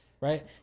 right